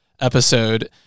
episode